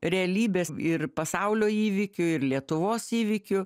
realybės ir pasaulio įvykių ir lietuvos įvykių